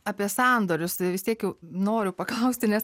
apie sandorius vis tiek jau noriu paklausti nes